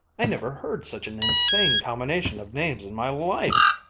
i never heard such an insane combination of names in my life.